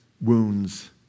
wounds